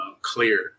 clear